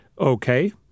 Okay